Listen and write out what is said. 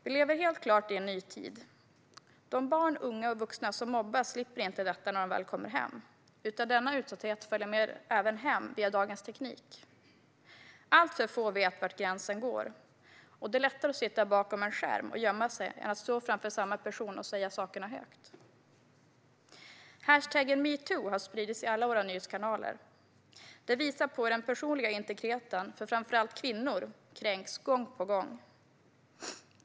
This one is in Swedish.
Vi lever helt klart i en ny tid. De barn, unga och vuxna som mobbas slipper inte detta när de väl kommer hem. Via dagens teknik följer denna utsatthet även med dem hem. Alltför få vet var gränsen går, och det är lättare att sitta bakom en skärm och gömma sig än att stå framför samma person och säga sakerna högt. Hashtaggen #metoo har spridits i alla våra nyhetskanaler. Det visar på hur den personliga integriteten för framför allt kvinnor kränks gång på gång.